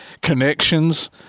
connections